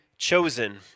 chosen